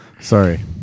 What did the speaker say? Sorry